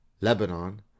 Lebanon